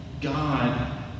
God